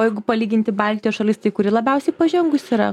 o jau palyginti baltijos šalis tai kuri labiausiai pažengus yra